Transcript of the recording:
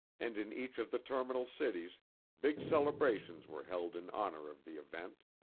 and in each of the terminal cities big celebrations were held in honor of the event.